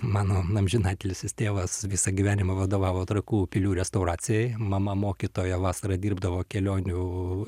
mano amžinatilsis tėvas visą gyvenimą vadovavo trakų pilių restauracijai mama mokytoja vasarą dirbdavo kelionių